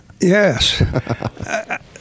Yes